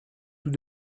tout